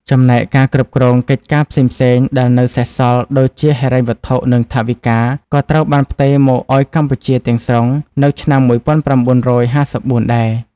ចំណែកការគ្រប់គ្រងកិច្ចការផ្សេងៗដែលនៅសេសសល់ដូចជាហិរញ្ញវត្ថុ និងថវិកា ក៏ត្រូវបានផ្ទេរមកឱ្យកម្ពុជាទាំងស្រុងនៅឆ្នាំ១៩៥៤ដែរ។